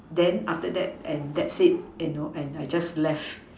then after that and that's it you know and I just left